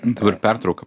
dabar pertrauka